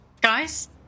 Guys